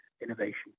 innovation